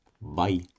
Bye